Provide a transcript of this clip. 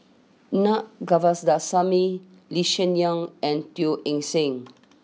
Naa Govindasamy Lee Hsien Yang and Teo Eng Seng